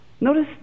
Notice